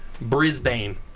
Brisbane